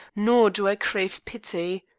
nor do i crave pity.